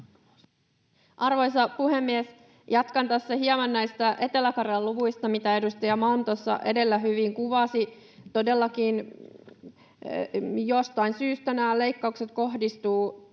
Arvoisa puhemies! Jatkan tässä hieman näistä Etelä-Karjalan luvuista, mitä edustaja Malm tuossa edellä hyvin kuvasi. Todellakin jostain syystä nämä leikkaukset kohdistuvat